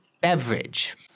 beverage